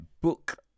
book